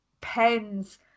pens